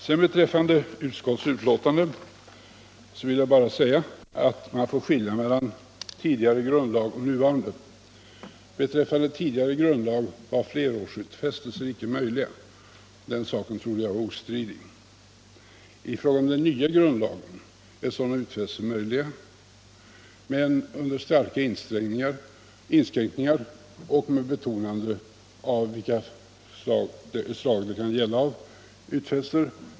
Sedan, beträffande utrikesutskottets betänkande, vill jag bara säga att man får skilja mellan tidigare grundlag och nuvarande. Enligt tidigare grundlag var flerårsutfästelser icke möjliga. Den saken trodde jag var ostridig. I fråga om den nya grundlagen är sådana utfästelser möjliga men under starka inskränkningar och med betonande av vilka slag av utfästelser det gäller.